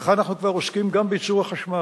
וכאן אנחנו כבר עוסקים גם בייצור החשמל,